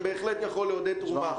זה בהחלט יכול לעודד תרומה.